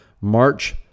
March